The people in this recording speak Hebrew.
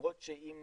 למרות שאם